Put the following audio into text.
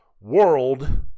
World